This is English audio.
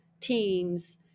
teams